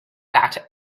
that